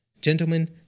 Gentlemen